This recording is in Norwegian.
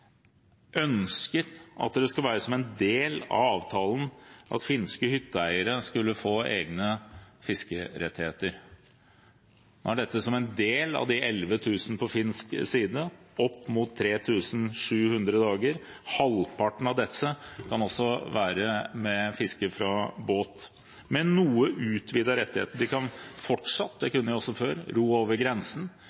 at det skal være som en del av avtalen at finske hytteeiere skal få egne fiskerettigheter. Er dette som en del av de 11 000 på finsk side, opp mot 3 700 dager? Halvparten av disse kan også være med på fiske fra båt, med noe utvidede rettigheter. De kan fortsatt – det